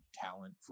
talent